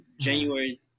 january